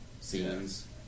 scenes